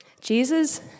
Jesus